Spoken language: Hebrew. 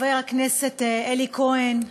חבר הכנסת אלי כהן,